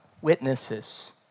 witnesses